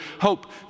hope